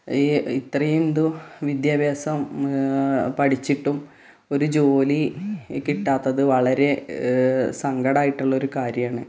ഈ ഇത്രയും ഇതും വിദ്യാഭ്യാസം പഠിച്ചിട്ടും ഒരു ജോലി കിട്ടാത്തത് വളരെ സങ്കടമായിട്ടുള്ള ഒരു കാര്യമാണ്